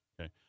Okay